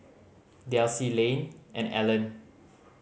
Delcie Layne and Allen